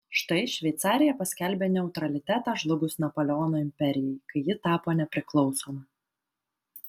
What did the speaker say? štai šveicarija paskelbė neutralitetą žlugus napoleono imperijai kai ji tapo nepriklausoma